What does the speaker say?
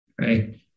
right